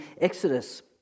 Exodus